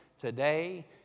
Today